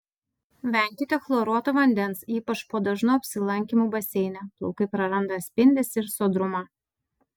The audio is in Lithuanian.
venkite chloruoto vandens ypač po dažnų apsilankymų baseine plaukai praranda spindesį ir sodrumą